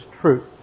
truth